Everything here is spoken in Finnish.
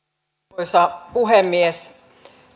arvoisa puhemies